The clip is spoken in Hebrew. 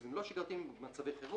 במצבים לא שגרתיים ובמצבי חירום,